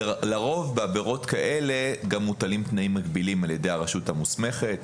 לרוב בעבירות כאלה גם מוטלים תנאים מגבילים על ידי הרשות המוסמכת,